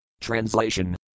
Translation